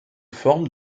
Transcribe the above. forment